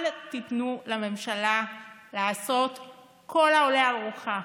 אל תיתנו לממשלה לעשות ככל העולה על רוחה.